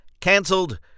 cancelled